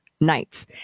nights